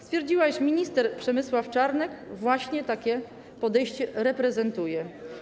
Stwierdziła, iż minister Przemysław Czarnek właśnie takie podejście reprezentuje.